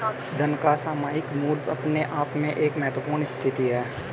धन का सामयिक मूल्य अपने आप में एक महत्वपूर्ण स्थिति है